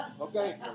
Okay